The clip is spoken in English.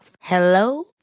Hello